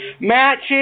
matches